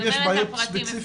כל מי שיש לו סמל מקבל סבסוד.